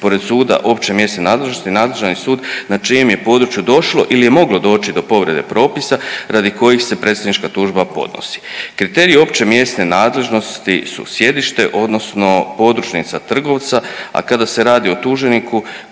pored suda opće mjesne nadležnosti nadležan i sud na čijem je području došlo ili je moglo doći do povrede propisa radi kojih se predstavnička tužba podnosi. Kriterij opće mjesne nadležnosti su sjedište odnosno podružnica trgovca, a kada se radi o tuženiku koji